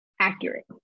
accurate